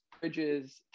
bridges